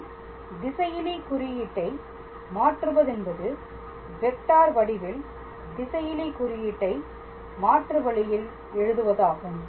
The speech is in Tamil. நாம் திசையிலி குறியீட்டை மாற்றுவதென்பது வெக்டார் வடிவில் திசையிலி குறியீட்டை மாற்று வழியில் எழுதுவதாகவும்